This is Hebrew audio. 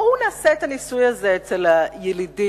בואו נעשה את הניסוי הזה אצל הילידים,